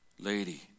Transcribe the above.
lady